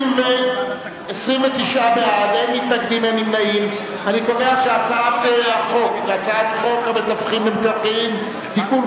ההצעה להעביר את הצעת חוק המתווכים במקרקעין (תיקון,